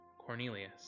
Cornelius